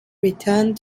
returned